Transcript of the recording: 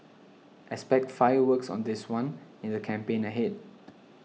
expect fireworks on this one in the campaign ahead